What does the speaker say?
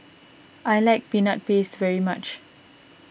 I like Peanut Paste very much